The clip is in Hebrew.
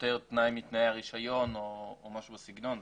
סותר תנאי מתנאי הרישיון או משהו בסגנון הזה.